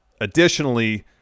Additionally